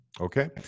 Okay